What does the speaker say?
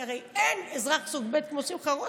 כי הרי אין אזרח סוג ב' כמו שמחה רוטמן.